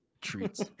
treats